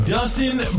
Dustin